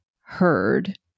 heard